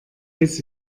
bis